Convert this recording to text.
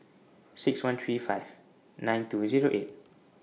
six one three five nine two Zero eight